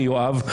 כיואב,